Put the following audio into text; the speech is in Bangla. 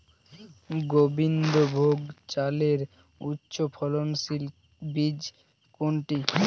গোবিন্দভোগ চালের উচ্চফলনশীল বীজ কোনটি?